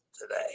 today